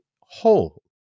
whole